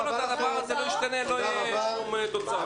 כל עוד הדבר הזה לא ישתנה לא תהיה שום תוצאה.